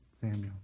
Samuel